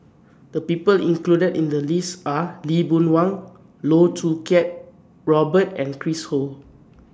The People included in The list Are Lee Boon Wang Loh Choo Kiat Robert and Chris Ho